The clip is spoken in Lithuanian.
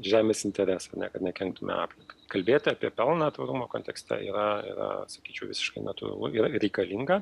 žemės interesai ne kad nekenktume aplinkai kalbėti apie pelną tvarumo kontekste yra yra sakyčiau visiškai natūralu yra reikalinga